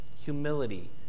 humility